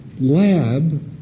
lab